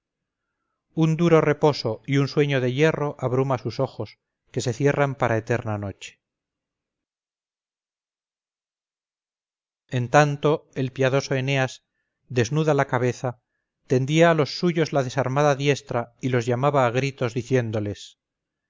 un duro reposo y un sueño de hierro abruma sus ojos que se cierran para eterna noche en tanto el piadoso eneas desnuda la cabeza tendía a los suyos la desarmada diestra y los llamaba a gritos diciéndoles